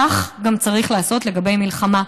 כך צריך לעשות גם לגבי מלחמה.